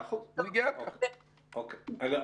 אגב,